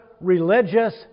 religious